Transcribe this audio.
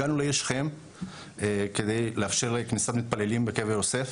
הגענו לעיר שכם כדי לאפשר כניסת מתפללים בקבר יוסף,